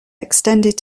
extended